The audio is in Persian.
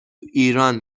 ایران